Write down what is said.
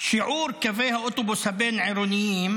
שיעור קווי האוטובוס הבין-עירוניים